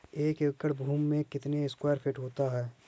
एक एकड़ भूमि में कितने स्क्वायर फिट होते हैं?